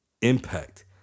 Impact